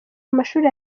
amashuri